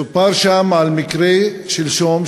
סופר שם על מקרה משלשום,